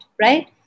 right